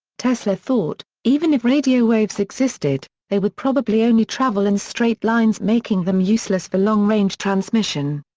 tesla thought, even if radio waves existed, they would probably only travel in straight lines making them useless for long range transmission.